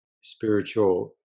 spiritual